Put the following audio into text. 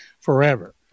forever